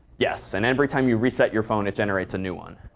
yes. and every time you reset your phone it generates a new one.